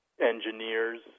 engineers